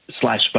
slash